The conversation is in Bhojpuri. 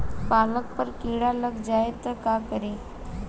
पालक पर कीड़ा लग जाए त का करी?